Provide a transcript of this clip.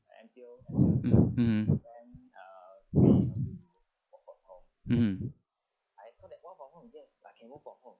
mm mm mmhmm